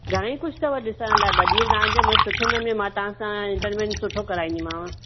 घणई कुझु अथव ॾिसण लाइ ॿ ॾींहं तव्हां जो मां सुठे नमूने मां तव्हां सा इंटरमेंट सुठो कराईंदीमांव